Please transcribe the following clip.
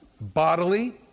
bodily